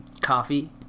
Coffee